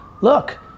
look